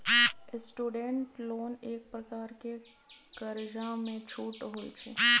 student loan एक प्रकार के कर्जामें छूट होइ छइ